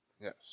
Yes